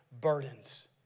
burdens